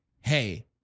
hey